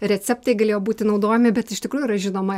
receptai galėjo būti naudojami bet iš tikrųjų yra žinoma